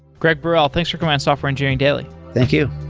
greg burrell, thanks for coming on software engineering daily thank you.